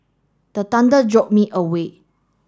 the thunder jolt me away